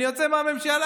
אני יוצא מהממשלה.